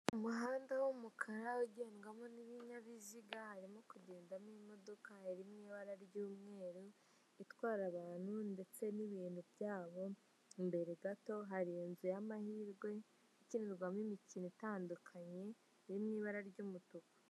Umuhanda w'umukara ugendwamo n'ibinyabiziga harimo kugendamo imodoka iri mu ibara ry'umweru itwara abantu ndetse n'ibintu byabo, imbere gato hari inzu y'amahirwe ikinirwamo imikino itandukanye iri mu ibara ry'umutuku.